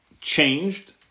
changed